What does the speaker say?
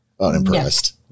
Unimpressed